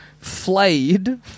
flayed